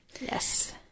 Yes